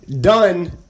done